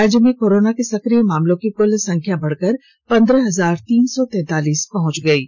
राज्य में कोरोना के सक्रिय मामलों की कुल संख्या बढ़कर पंद्रह हजार तीन सौ तैंतालीस पहुंच गई है